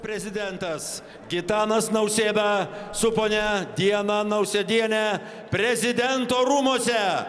prezidentas gitanas nausėda su ponia diana nausėdiene prezidento rūmuose